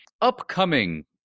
upcoming